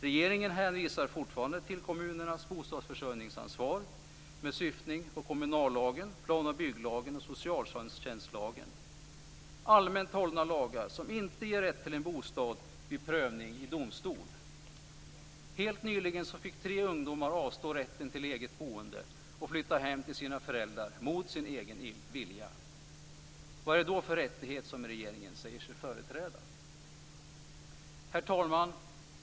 Regeringen hänvisar fortfarande till kommunernas bostadsförsörjningsansvar med syftning på kommunallagen, plan och bygglagen och socialtjänstlagen. Det är allmänt hållna lagar som inte ger rätt till en bostad vid prövning i domstol. Helt nyligen fick tre ungdomar avstå rätten till eget boende och flytta hem till sina föräldrar mot sin egen vilja. Vad är det då för rättighet som regeringen säger sig företräda? Herr talman!